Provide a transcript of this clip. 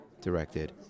directed